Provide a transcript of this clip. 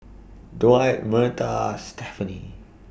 Dwight Myrta Stephany